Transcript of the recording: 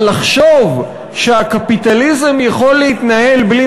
אבל לחשוב שהקפיטליזם יכול להתנהל בלי